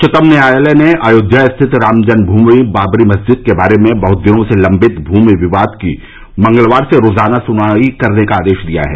उच्चतम न्यायालय ने अयोध्या स्थित राम जन्म भूमि बाबरी मस्जिद के बारे में बहुत दिनों से लम्बित भूमि विवाद की मंगलवार से रोजाना सुनवाई करने का आदेश दिया है